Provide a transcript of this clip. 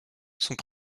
sont